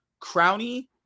Crowny